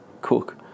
cook